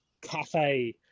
cafe